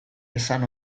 esan